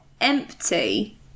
empty